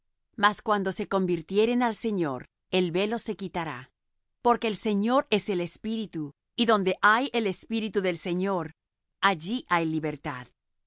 mas cuando se convirtieren al señor el velo se quitará porque el señor es el espíritu y donde hay el espíritu del señor allí hay libertad